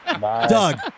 Doug